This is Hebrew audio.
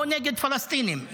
או נגד פלסטינים?